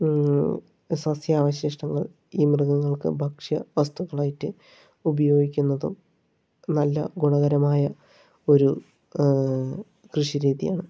സസ്യാവശിഷ്ടങ്ങൾ ഈ മൃഗങ്ങൾക്ക് ഭക്ഷ്യവസ്തുക്കളായിട്ട് ഉപയോഗിക്കുന്നതും നല്ല ഗുണകരമായ ഒരു കൃഷി രീതിയാണ്